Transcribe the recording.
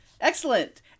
excellent